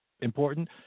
important